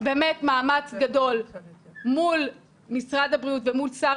באמת מאמץ גדול מול משרד הבריאות ומול שר